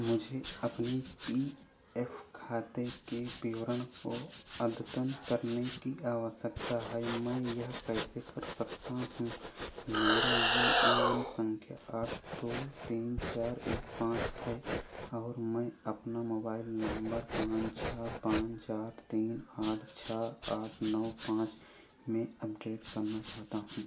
मुझे अपने P F खाते के विवरण को अद्यतन करने की आवश्यकता है मैं यह कैसे कर सकता हूँ मेरा यू ए एन संख्या आठ दो तीन चार एक पाँच है और मैं अपना मोबाइल नम्बर पाँच छः पाँच चार तीन आठ छः आठ नौ पाँच में अपडेट करना चाहता हूँ